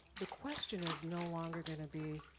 the question is no longer gonna be,